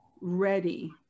ready